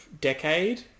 decade